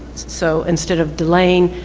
so instead of delaying,